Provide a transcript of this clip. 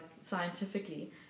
scientifically